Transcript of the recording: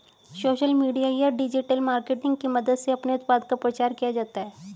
social media या digital marketing की मदद से अपने उत्पाद का प्रचार किया जाता है